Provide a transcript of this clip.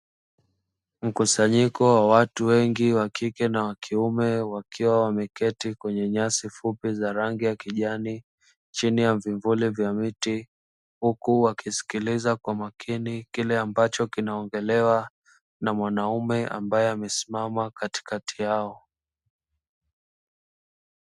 Mkusanyiko wa watu wengi wa kike na wa kiume wakiwa wameketi kwenye nyasi fupi za rangi ya kijani chini ya vivuli vya miti, huku wakisikiliza kwa makini kile ambacho kinaongelewa na mwanaume ambaye amesimama katikati yao.